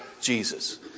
jesus